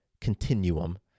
continuum